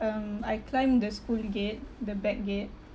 um I climbed the school gate the back gate